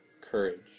Courage